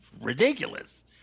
ridiculous